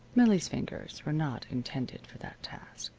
millie's fingers were not intended for that task.